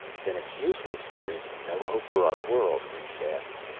then it's useless there's no hope for our world? rhes asked.